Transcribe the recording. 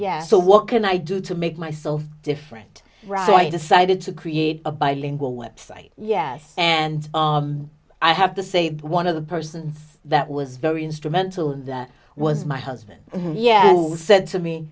yes so what can i do to make myself different right decided to create a bilingual website yes and i have to say one of the persons that was very instrumental in that was my husband yet said to me